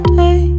day